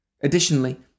Additionally